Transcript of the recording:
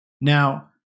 now